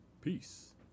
peace